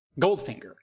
Goldfinger